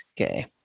Okay